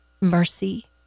mercy